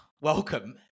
Welcome